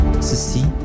Ceci